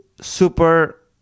super